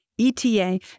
ETA